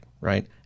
right